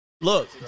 Look